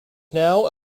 now